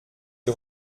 ils